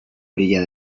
orilla